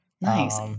Nice